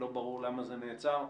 לא ברור למה זה נעצר,